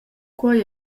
quei